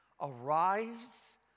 arise